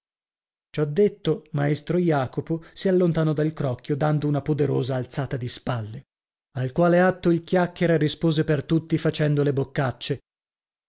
colga ciò detto maestro jacopo si allontanò dal crocchio dando una poderosa alzata di spalle al quale atto il chiacchiera rispose per tutti facendo le boccacce